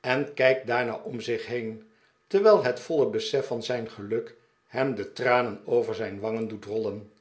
en kijkt daarna om zich heen terwijl het voile besef van zijn geluk hem de tranen over zijn wangen doet rollen